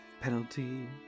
penalty